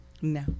No